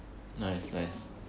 nice nice